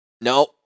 No